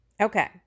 Okay